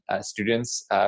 students